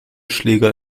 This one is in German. schläger